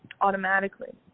automatically